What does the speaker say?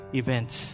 events